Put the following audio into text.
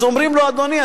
אז אומרים לו: אדוני,